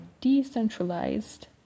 decentralized